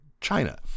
China